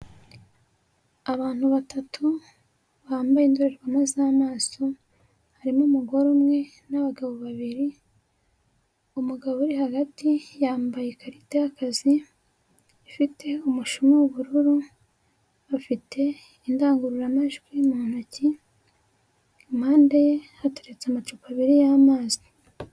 Abantu batatu bambaye indorerwamu z'amaso, harimo umugore umwe n'abagabo babiri, umugabo uri hagati yambaye ikarita y'akazi ifite umushumi w'ubururu, afite indangururamajwi mu ntoki, impande ye hateretse amacupa abiri y'amazi.